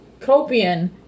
copian